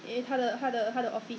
orh okay